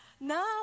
Now